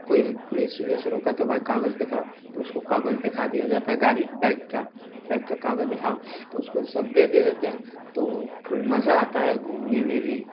کوئی پولیس ولیس روکا تو بھائی کاغذ دکھاؤ تو اس کو کاغذ دکھا دیا جاتا ہے گاڑی بیک کا بیک کاغذ دکھاؤ تو اس کو سب دے دے دیتے ہیں تو فل مزہ آتا ہے گھومنے میں بھی